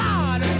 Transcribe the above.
God